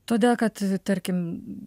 todėl kad tarkim